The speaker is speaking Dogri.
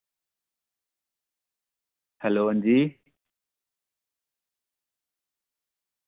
हैलो अंजी